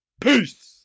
Peace